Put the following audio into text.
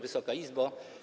Wysoka Izbo!